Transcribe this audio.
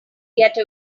get